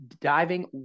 Diving